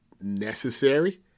necessary